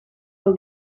del